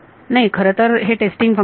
नाही खरंतर हे टेस्टिंग फंक्शन आहे